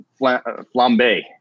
flambe